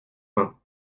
vingt